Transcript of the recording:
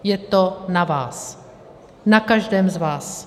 Je to na vás, na každém z vás.